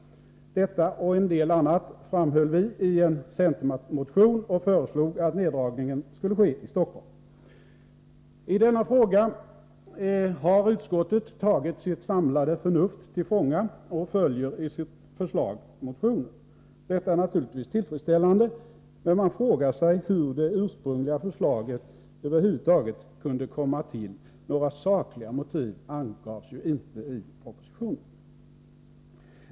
Detta och en del annat framhöll vi i en centermotion och föreslog att neddragningen skulle ske i Stockholm. I denna fråga har utskottet tagit sitt samlade förnuft till fånga och följer i sitt förslag motionen. Detta är naturligtvis tillfredsställande. Men man frågar sig hur det ursprungliga förslaget över huvud taget kunde komma till. Några sakliga motiv angavs inte i propositionen.